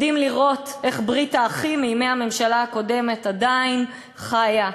מדהים לראות איך ברית האחים מימי הממשלה הקודמת עדיין חיה,